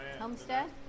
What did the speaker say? Homestead